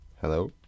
Hello